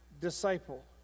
disciple